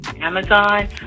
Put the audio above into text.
Amazon